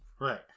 Right